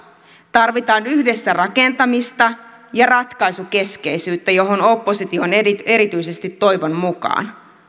tarvitaan yhdessä rakentamista ja ratkaisukeskeisyyttä johon opposition erityisesti toivon mukaan